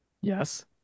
Yes